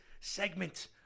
segment